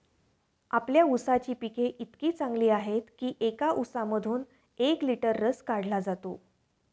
आपल्या ऊसाची पिके इतकी चांगली आहेत की एका ऊसामधून एक लिटर रस काढला जातो